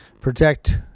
protect